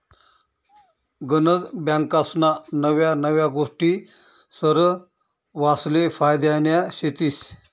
गनज बँकास्ना नव्या नव्या गोष्टी सरवासले फायद्यान्या शेतीस